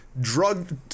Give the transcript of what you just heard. drugged